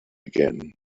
again